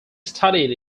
studied